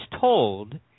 told